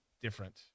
different